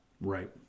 right